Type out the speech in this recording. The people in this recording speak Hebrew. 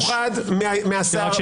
אל תפריע לי.